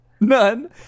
None